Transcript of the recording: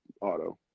auto